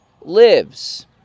lives